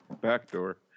Backdoor